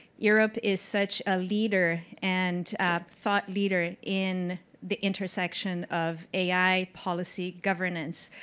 europe is such a leader, and thought leader in the intersection of ai policy governance.